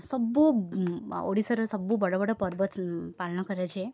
ସବୁ ଓଡ଼ିଶାର ସବୁ ବଡ଼ ବଡ଼ ପର୍ବ ପାଳନ କରାଯାଏ